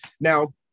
Now